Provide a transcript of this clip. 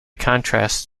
contrast